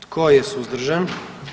Tko je suzdržan?